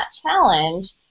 challenge